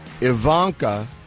Ivanka